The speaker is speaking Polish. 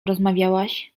rozmawiałaś